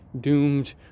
doomed